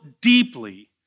deeply